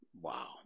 Wow